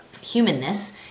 humanness